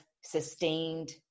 sustained